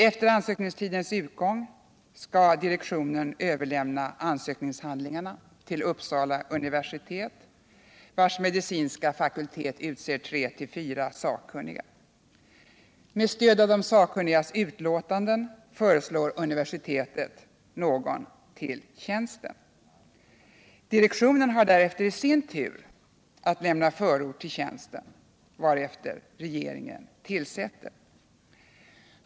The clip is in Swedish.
Efter ansökningstidens utgång skall direktionen överlämna ansökningshandlingarna till Uppsala universitet, vars medicinska fakultet utser tre till fyra sakkunniga. Med stöd av de sakkunnigas utlåtanden föreslår universitetet någon till tjänsten. Direktionen har därefter i sin tur att lämna förord till tjänsten, varefter regeringen tillsätter den.